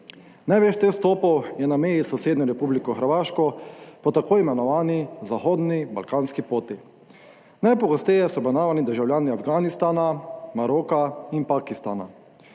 Največ teh vstopov je na meji s sosednjo Republiko Hrvaško po t. i. Zahodni balkanski poti. Najpogosteje so obravnavani državljani Afganistana, Maroka in Pakistana.